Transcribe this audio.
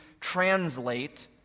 translate